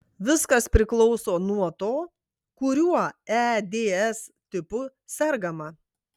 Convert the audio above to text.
viskas priklauso nuo to kuriuo eds tipu sergama